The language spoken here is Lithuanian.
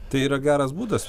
tai yra geras būdas